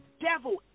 devil